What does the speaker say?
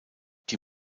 die